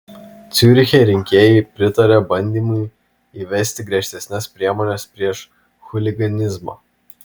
ciuriche rinkėjai pritarė bandymui įvesti griežtesnes priemones prieš chuliganizmą